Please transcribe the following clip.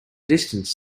distance